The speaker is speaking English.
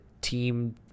team